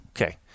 Okay